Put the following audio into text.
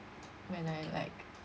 when I like